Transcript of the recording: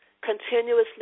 continuously